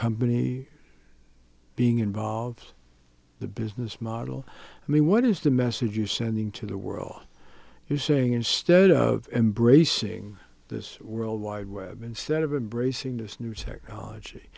company being involved the business model i mean what is the message you're sending to the world you're saying instead of embracing this world wide web instead of embracing this new technology